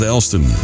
Elston